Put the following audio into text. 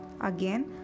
Again